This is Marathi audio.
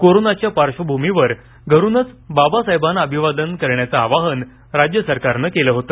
कोरोनाच्या पार्श्वभूमीवर घरूनच बाबासाहेबांना अभिवादन करण्याचे आवाहन राज्य सरकारने केले होते